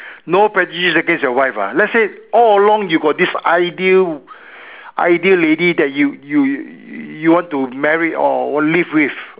no prejudice against your wife ah let's say all along you got this ideal ideal lady that you you you want to marry or or live with